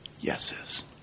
yeses